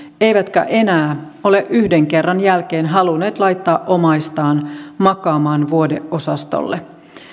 eivätkä enää ole yhden kerran jälkeen halunneet laittaa omaistaan makaamaan vuodeosastolle